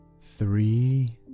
three